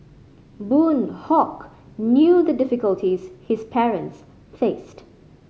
Boon Hock knew the difficulties his parents faced